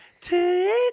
Take